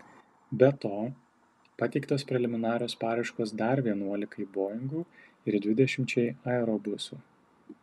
be to pateiktos preliminarios paraiškos dar vienuolikai boingų ir dvidešimčiai aerobusų